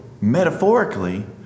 metaphorically